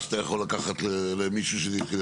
אז אתה יכול לקחת למישהו ---.